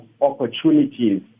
opportunities